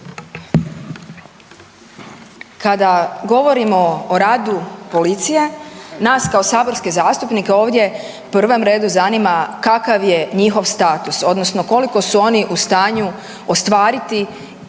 Kada govorimo o radu policije, nas kao saborske zastupnike ovdje u prvom redu zanima kakav je njihov status odnosno koliko su oni u stanju ostvariti svoja